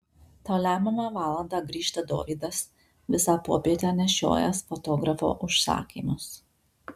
tą lemiamą valandą grįžta dovydas visą popietę nešiojęs fotografo užsakymus